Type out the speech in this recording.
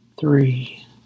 three